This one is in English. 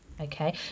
okay